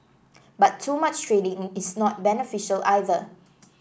but too much training is not beneficial either